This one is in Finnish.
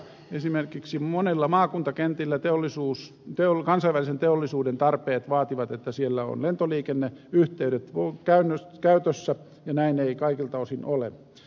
esimerkiksi monilla maakuntakentillä kansainvälisen teollisuuden tarpeet vaativat että on lentoliikenneyhteydet käytössä ja näin ei kaikilta osin ole